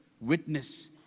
witness